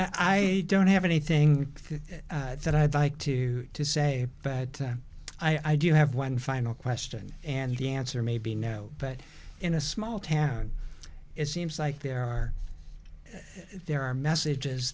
i don't have anything that i'd like to to say bad time i do have one final question and the answer may be no but in a small town it seems like there are there are messages